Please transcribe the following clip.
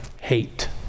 hate